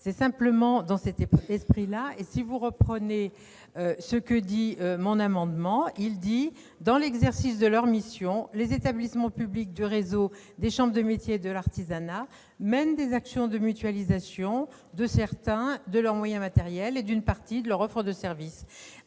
lisez simplement la rédaction que nous proposons à l'amendement n° 958 :« Dans l'exercice de leurs missions, les établissements publics du réseau des chambres de métiers et de l'artisanat mènent des actions de mutualisation de certains de leurs moyens matériels et d'une partie de leur offre de services ».